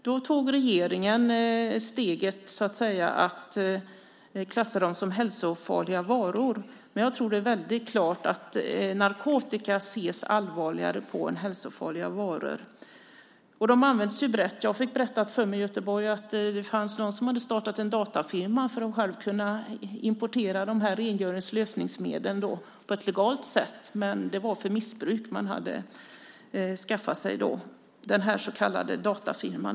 Då tog regeringen steget att klassa dem som hälsofarliga varor. Men det är helt klart att det ses allvarligare på narkotika än på hälsofarliga varor. De används brett. I Göteborg fick jag berättat för mig att någon hade startat en datafirma för att själv kunna importera dessa rengörings och lösningsmedel på ett legalt sätt. Men det var för missbruk man hade skaffat sig den så kallade datafirman.